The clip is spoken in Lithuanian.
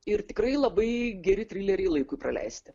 ir tikrai labai geri trileriai laikui praleisti